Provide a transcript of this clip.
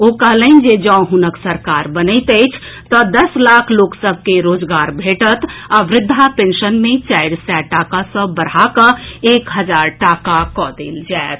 ओ कहलनि जे जँ हुनक सरकार बनैत अछि तऽ दस लाख लोक सभ के रोजगार भेटत आ वृद्धा पेंशन मे चारि सय टाका सँ बढ़ा कऽ एक हजार टाका कऽ देल जायत